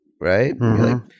Right